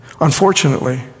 Unfortunately